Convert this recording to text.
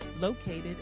located